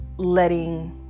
letting